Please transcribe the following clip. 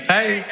Hey